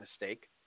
mistake